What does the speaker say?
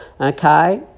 okay